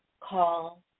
call